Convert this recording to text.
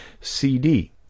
CD